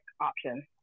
option